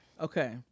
Okay